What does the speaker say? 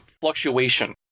fluctuation